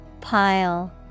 Pile